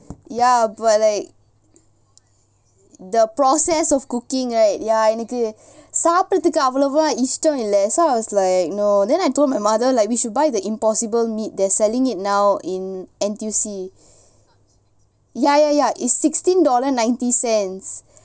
ya but like the process of cooking right ya எனக்கு சாப்பிடுறதுக்கு அவ்ளோவா இஷ்டம் இல்ல:enaku saappidurathuku avalovaa ishtam illa so I was like you know then I told my mother like we should buy the impossible meat they're selling it now in N_T_U_C ya ya ya it's sixteen dollar ninety cents